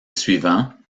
suivant